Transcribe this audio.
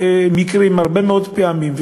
מקרים, הרבה מאוד פעמים.